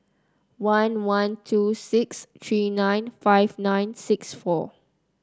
one one two six three nine five nine six four